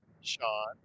Sean